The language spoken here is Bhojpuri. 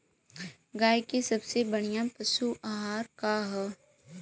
गाय के सबसे बढ़िया पशु आहार का ह?